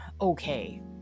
okay